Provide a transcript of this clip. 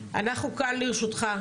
אנחנו כאן לרשותך,